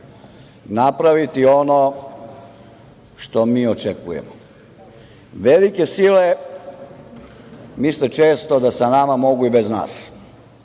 napraviti ono što mi očekujemo. Velike sile misle često da sa nama mogu i bez nas.